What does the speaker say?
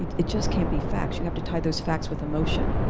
it just can't be facts, you have to tie those facts with emotion,